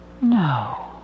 No